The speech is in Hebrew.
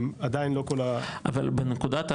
עדיין לא כל ה- אבל בנקודת ההתחלה,